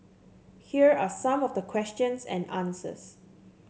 here are some of the questions and answers